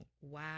Wow